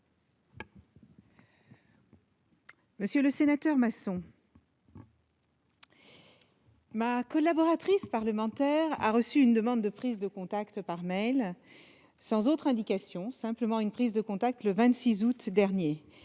Monsieur le sénateur, ma collaboratrice parlementaire a reçu une demande de prise de contact par mail, sans autre indication- c'était simplement une prise de contact -, le 26 août dernier.